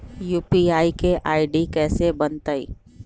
UPI के ID कैसे बनतई?